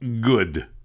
good